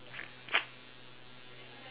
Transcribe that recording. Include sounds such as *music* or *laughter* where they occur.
*noise*